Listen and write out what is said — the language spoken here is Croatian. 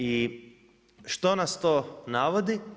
I što nas to navodi?